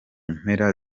mpera